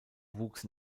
wuchs